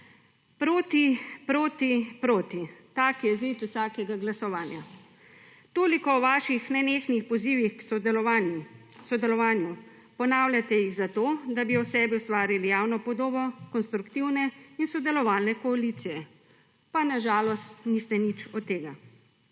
Proti, proti, proti – tak je izid vsakega glasovanja. Toliko o vaših nenehnih pozivih k sodelovanju. Ponavljate jih zato, da bi o sebi ustvarili javno podobo konstruktivne in sodelovalne koalicije, pa, na žalost, niste nič od tega.